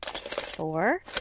Four